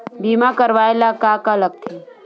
बीमा करवाय ला का का लगथे?